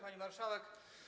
Pani Marszałek!